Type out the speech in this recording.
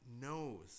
knows